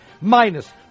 minus